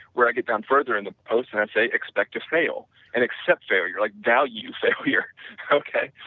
where i get down further in the post and say expect to fail and accept failure, like value failure okay